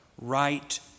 right